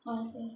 हाँ सर